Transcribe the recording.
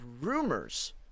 rumors